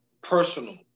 personal